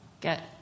get